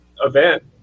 event